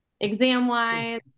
Exam-wise